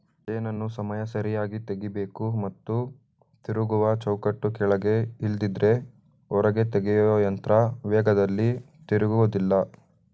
ಜೇನನ್ನು ಸಮಯ ಸರಿಯಾಗಿ ತೆಗಿಬೇಕು ಮತ್ತು ತಿರುಗುವ ಚೌಕಟ್ಟು ಕೆಳಗೆ ಇಲ್ದಿದ್ರೆ ಹೊರತೆಗೆಯೊಯಂತ್ರ ವೇಗದಲ್ಲಿ ತಿರುಗೋದಿಲ್ಲ